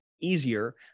easier